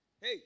Hey